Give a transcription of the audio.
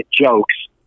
jokes